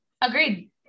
Agreed